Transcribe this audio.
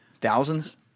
thousands